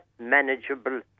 manageable